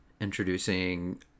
introducing